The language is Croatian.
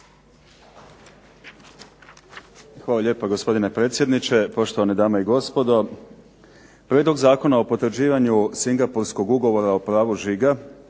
Hvala lijepa gospodine predsjedniče, poštovane dame i gospodo. Prijedlog Zakona o potvrđivanju Singapurskog ugovora o pravu žiga